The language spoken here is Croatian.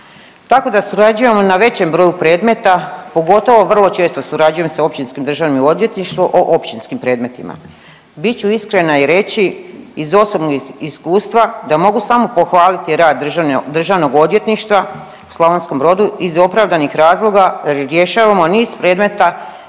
Tako da surađujemo na većem broju predmeta, pogotovo vrlo često surađujem sa općinskim državnim odvjetništvom o općinskim predmetima. Bit ću iskrena i reći iz osobnog iskustva da mogu samo pohvaliti rad državnog odvjetništva u Slavonskom Brodu iz opravdanih razloga jer rješavamo niz predmeta